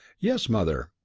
yes, mother,